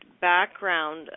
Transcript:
background